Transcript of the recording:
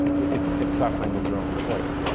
if if suffering was your only choice.